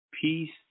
Peace